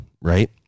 right